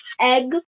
egg